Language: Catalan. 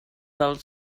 del